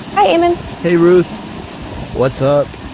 hi eamon. hey ruth what's up.